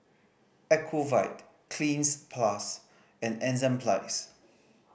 Ocuvite Cleanz Plus and Enzyplex